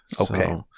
Okay